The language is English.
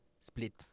split